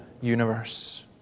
universe